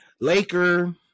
Laker